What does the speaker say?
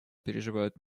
переживают